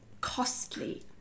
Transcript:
costly